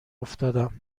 افتادم